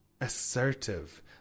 Assertive